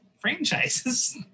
franchises